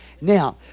now